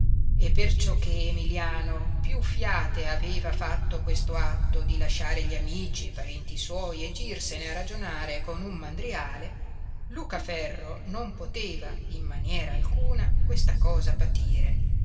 e perciò che emilliano più fiate aveva fatto questo atto di lasciare gli amici e parenti suoi e girsene a ragionare con un mandriale lucaferro non poteva in maniera alcuna questa cosa patire